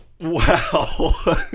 Wow